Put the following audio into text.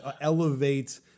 elevate